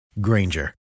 Granger